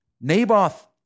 Naboth